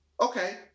okay